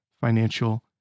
financial